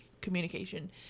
communication